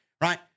Right